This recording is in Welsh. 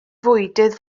fwydydd